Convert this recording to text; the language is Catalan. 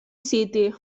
city